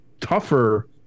tougher